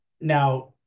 Now